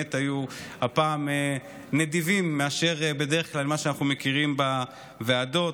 ובאמת הפעם היו נדיבים ממה שאנחנו מכירים בדרך כלל בוועדות,